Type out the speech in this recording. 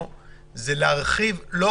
אגב, גם